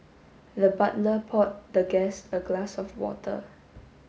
the butler poured the guest a glass of water